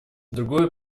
другое